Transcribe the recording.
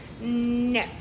no